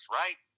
right